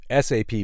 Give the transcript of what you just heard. SAP